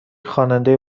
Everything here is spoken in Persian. خواننده